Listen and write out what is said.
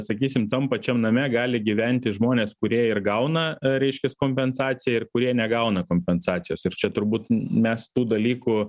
sakysim tam pačiam name gali gyventi žmonės kurie ir gauna reiškias kompensaciją ir kurie negauna kompensacijos ir čia turbūt mes tų dalykų